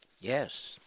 Yes